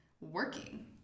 working